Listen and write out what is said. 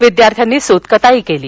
विद्यार्थ्यांनी सूतकताई केली